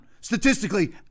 Statistically